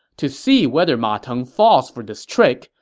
to see whether ma teng falls for this trick,